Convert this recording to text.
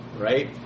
right